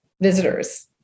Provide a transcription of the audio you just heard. visitors